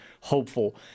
hopeful